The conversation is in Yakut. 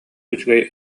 үчүгэй